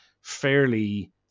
fairly